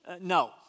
No